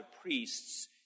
priests